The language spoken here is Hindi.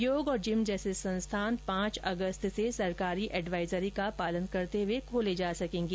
योग और जिम जैसे संस्थान पांच अगस्त से सरकारी एडवाइजरी का पालन करते हुए खोले जा सकेंगे